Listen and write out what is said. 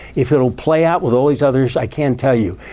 if it will play out with all these others, i can't tell you.